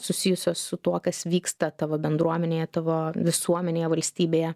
susijusios su tuo kas vyksta tavo bendruomenėje tavo visuomenėje valstybėje